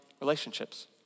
relationships